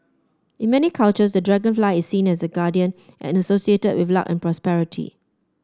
in many cultures the dragonfly is seen as a guardian and associated with luck and prosperity